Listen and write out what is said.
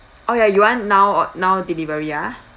oh ya you want now or now delivery ah